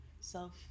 self